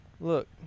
Look